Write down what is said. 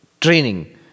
training